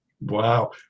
Wow